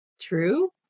True